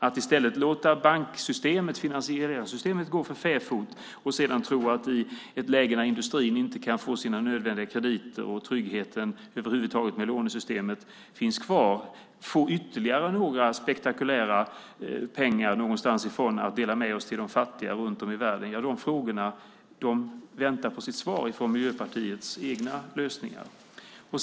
Att låta banksystemet och det finansiella systemet gå för fäfot och sedan tro att vi, i ett läge där industrin inte kan få sina nödvändiga krediter och tryggheten över huvud taget med lånesystemet inte finns kvar, kan få ytterligare några spektakulära pengar någonstans ifrån att dela med oss till de fattiga runt om i världen är frågor som väntar på sitt svar i Miljöpartiets egna lösningar.